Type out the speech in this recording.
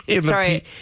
Sorry